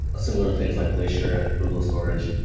similar things like glazier and google storage,